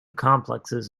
complexes